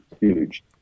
huge